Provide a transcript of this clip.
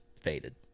faded